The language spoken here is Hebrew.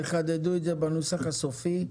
תחדדו את זה בנוסח הסופי.